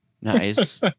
Nice